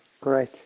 Great